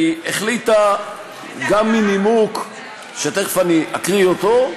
היא החליטה גם מנימוק שתכף אני אקריא אותו,